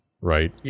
Right